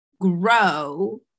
grow